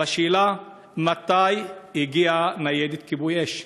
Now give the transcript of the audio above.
השאלה: מתי הגיעה ניידת כיבוי אש?